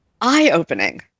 eye-opening